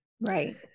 Right